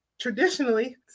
traditionally